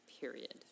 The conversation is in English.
Period